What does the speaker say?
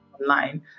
online